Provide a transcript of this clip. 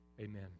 Amen